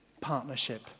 partnership